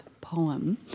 poem